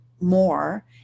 more